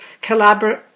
collaborate